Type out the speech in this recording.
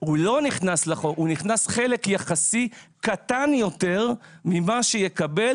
הוא נכנס בחלק יחסי קטן יותר מכפי שיקבל